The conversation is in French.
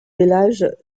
village